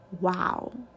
wow